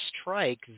strike